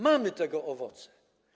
Mamy tego owoce.